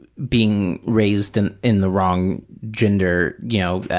being raised and in the wrong gender, you know,